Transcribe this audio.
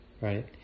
right